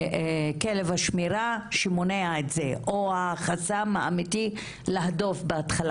כלב השמירה שמונע את זה או החסם האמיתי להדוף בהתחלה